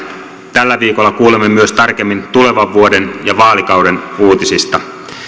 tällä viikolla kuulemme myös tarkemmin tulevan vuoden ja vaalikauden uutisista